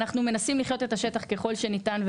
אנחנו מנסים לחיות ולהבין את השטח ככל שניתן.